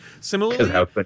Similarly